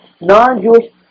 non-Jewish